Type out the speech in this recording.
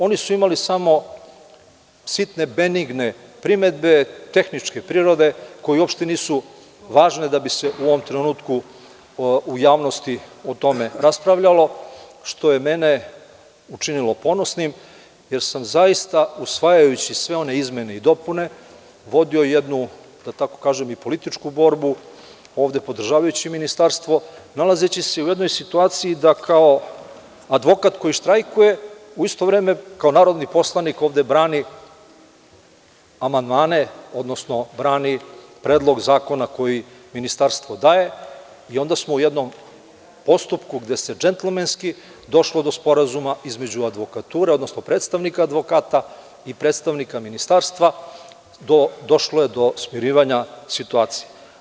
Oni su imali samo sitne benigne primedbe, tehničke prirode, koje uopšte nisu važne da bi se u ovom trenutku u javnosti o tome raspravljalo, što je mene učinilo ponosnim, jer sam zaista usvajajući sve one izmene i dopune, vodio jednu, da tako kažem, i političku borbu, ovde podržavajući ministarstvo, nalazeći se u jednoj situaciji da kao advokat koji štrajkuje, u isto vreme kao narodni poslanik ovde branim amandmane, odnosno brani Predlog zakona koje ministarstvo daje i onda smo u jednom postupku, gde se džentlmenski došlo do sporazuma između advokature, odnosno predstavnika advokata i predstavnika ministarstva, došlo je do smirivanja situacije.